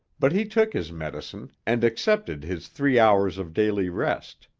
but he took his medicine and accepted his three hours of daily rest.